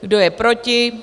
Kdo je proti?